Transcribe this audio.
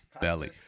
Belly